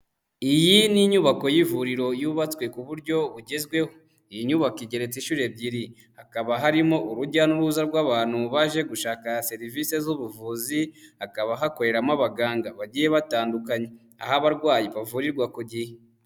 Iyi ni inyubako y'ivuriro yubatswe ku buryo bugezweho, iyi nyubako igereretse inshuro ebyiri, hakaba harimo urujya n'uruza rw'abantu mu baje gushaka serivisi z'ubuvuzi, hakaba hakoreramo abaganga bagiye batandu aho abarwayi bavurirwa ku gihe.